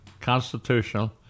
constitutional